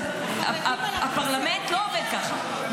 הפרלמנט לא עובד ככה.